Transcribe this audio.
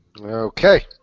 Okay